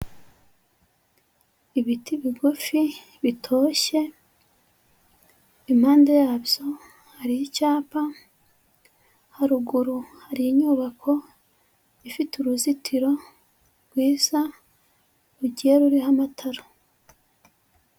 Ibiti bigufi bitoshye, impande yabyo hari icyapa, haruguru hari inyubako ifite uruzitiro rwiza rugiye ruriho amatara.